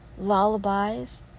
lullabies